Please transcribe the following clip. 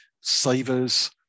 savers